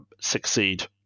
succeed